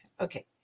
Okay